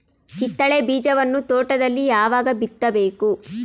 ಕಿತ್ತಳೆ ಬೀಜವನ್ನು ತೋಟದಲ್ಲಿ ಯಾವಾಗ ಬಿತ್ತಬೇಕು?